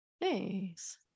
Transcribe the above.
nice